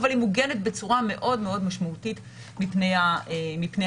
אבל היא מוגנת בצורה מאוד מאוד משמעותית מפני ההדבקה.